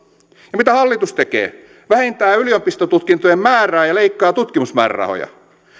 ja mitä hallitus tekee vähentää yliopistotutkintojen määrää ja leikkaa tutkimusmäärärahoja